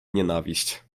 nienawiść